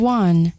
one